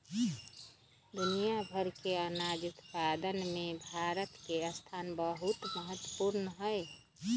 दुनिया भर के अनाज उत्पादन में भारत के स्थान बहुत महत्वपूर्ण हई